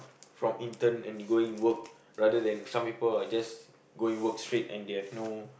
from intern and you going work rather than some people are just going work straight and they have no